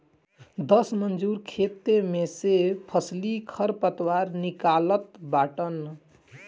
दस मजूर खेते में से फसली खरपतवार निकालत बाटन